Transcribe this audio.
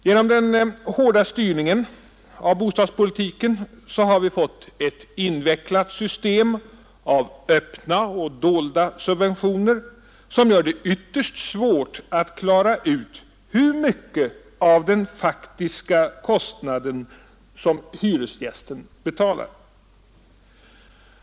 Genom den hårda styrningen av bostadspolitiken har vi fått ett invecklat system av öppna och dolda subventioner som gör det ytterst svårt att klara ut hur mycket av den faktiska kostnaden som hyresgästen betalar.